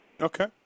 Okay